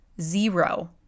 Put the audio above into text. zero